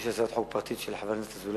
יש הצעת חוק פרטית של חבר הכנסת אזולאי,